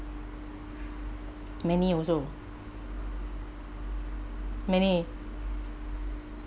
many also many